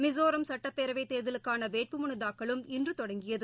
மிசோராம் சுட்டப்பேரவைத் தோதலுக்கான வேட்புமனு தாக்கலும் இன்று தொடங்கியது